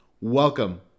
Welcome